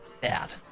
bad